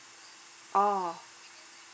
oh